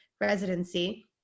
residency